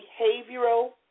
behavioral